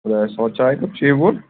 خۅدایَس حَوال چایہِ کَپ چیٚیِو گۅڈٕ